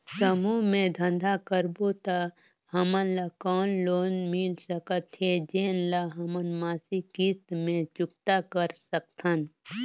समूह मे धंधा करबो त हमन ल कौन लोन मिल सकत हे, जेन ल हमन मासिक किस्त मे चुकता कर सकथन?